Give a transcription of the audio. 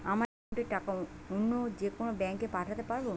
আমার একাউন্টের টাকা অন্য যেকোনো ব্যাঙ্কে পাঠাতে পারব?